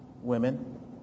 women